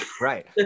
Right